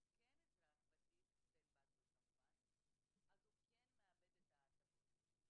כן אזרח/ית ותיק/ה אז הוא כן מאבד את ההטבות.